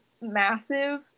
massive